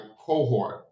cohort